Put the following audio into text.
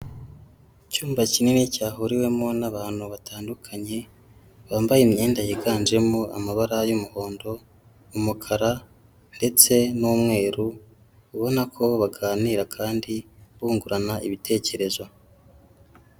Icyumba kinini cyahuriwemo n'abantu batandukanye bambaye imyenda yiganjemo amabara y'umuhondo, umukara ndetse n'umweru. Ubona ko baganira kandi bungurana ibitekerezo.